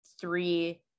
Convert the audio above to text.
three